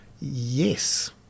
Yes